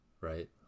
right